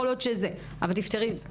אבל תפתרי את זה.